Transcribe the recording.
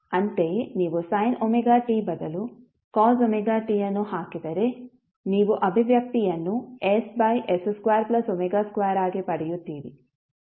ಅಂತೆಯೇ ನೀವು sin ωt ಬದಲು cos ωt ಅನ್ನು ಹಾಕಿದರೆ ನೀವು ಅಭಿವ್ಯಕ್ತಿಯನ್ನು ss2w2 ಆಗಿ ಪಡೆಯುತ್ತೀರಿ